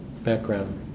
background